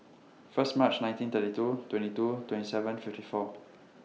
First March nineteen thirty two twenty two twenty seven fifty four